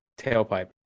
Tailpipe